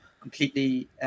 completely